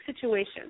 situation